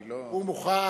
אני לא, הוא מוכן.